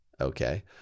Okay